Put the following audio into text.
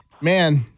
man